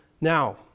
Now